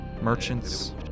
Merchants